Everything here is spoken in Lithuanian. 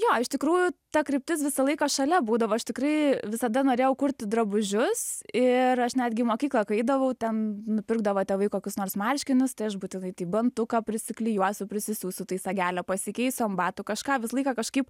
jo iš tikrųjų ta kryptis visą laiką šalia būdavo aš tikrai visada norėjau kurti drabužius ir aš netgi mokyklą kai eidavau ten nupirkdavo tėvai kokius nors marškinius tai aš būtinai tai bantuką prisiklijuosiu prisiūsiu tai sagelę pasikeisiu ant batų kažką visą laiką kažkaip